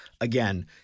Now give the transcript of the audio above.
Again